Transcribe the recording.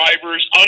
drivers